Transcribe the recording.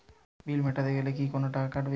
বিল মেটাতে গেলে কি কোনো টাকা কাটাবে?